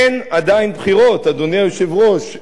אין עדיין בחירות, אדוני היושב-ראש.